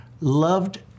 loved